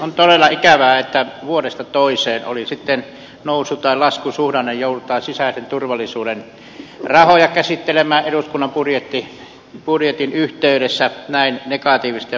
on todella ikävää että vuodesta toiseen oli sitten nousu tai laskusuhdanne joudutaan sisäisen turvallisuuden rahoja käsittelemään eduskunnan budjetin yhteydessä näin negatiivisesti ja voimakkaasti